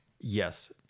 Yes